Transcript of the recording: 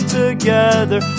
together